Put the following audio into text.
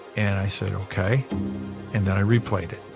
and i said, ok and then i replayed it